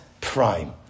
prime